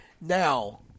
Now